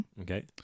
Okay